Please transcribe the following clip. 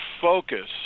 focus